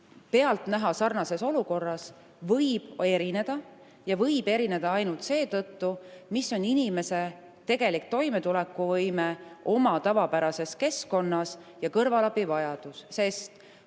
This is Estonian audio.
pealtnäha sarnases olukorras võib erineda ja võib erineda ainult seetõttu, mis on inimese tegelik toimetulekuvõime oma tavapärases keskkonnas ja tema kõrvalabivajadus.